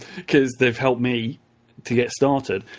because they've helped me to get started,